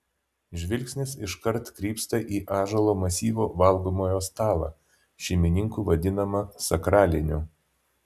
žvilgsnis iškart krypsta į ąžuolo masyvo valgomojo stalą šeimininkų vadinamą sakraliniu